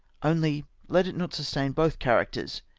only let it not sustain both characters.